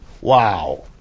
Wow